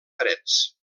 freds